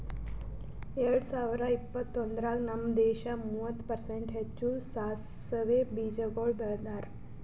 ಎರಡ ಸಾವಿರ ಇಪ್ಪತ್ತೊಂದರಾಗ್ ನಮ್ ದೇಶ ಮೂವತ್ತು ಪರ್ಸೆಂಟ್ ಹೆಚ್ಚು ಸಾಸವೆ ಬೀಜಗೊಳ್ ಬೆಳದಾರ್